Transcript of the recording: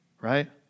right